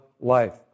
life